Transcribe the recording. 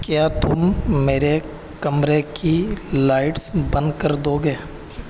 کیا تم میرے کمرے کی لائٹس بند کر دو گے